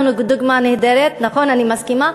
אנחנו דוגמה נהדרת, נכון, אני מסכימה.